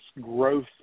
growth